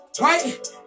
Right